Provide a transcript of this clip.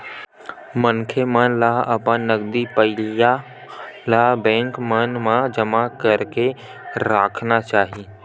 मनखे मन ल अपन नगदी पइया ल बेंक मन म जमा करके राखना चाही